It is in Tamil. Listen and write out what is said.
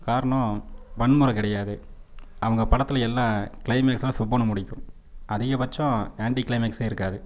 காரணம் வன்முறை கிடையாது அவுங்க படத்தில் எல்லா கிளைமாக்ஸும் சுபன்னு முடிக்கும் அதிகபட்சம் ஆண்டிகிளைமாக்ஸே இருக்காது